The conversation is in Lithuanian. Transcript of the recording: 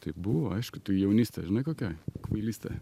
tai buvo aišku tai jaunystė žinai kokia kvailystė